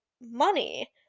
money